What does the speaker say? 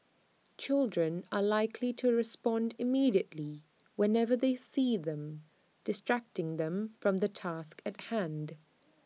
children are likely to respond immediately whenever they see them distracting them from the task at hand